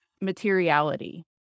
materiality